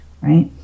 right